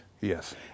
Yes